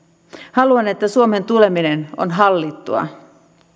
haluan että suomeen tuleminen on hallittua